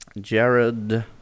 Jared